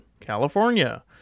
California